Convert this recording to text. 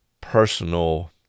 personal